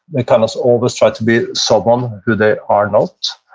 they kind of always try to be someone who they are not,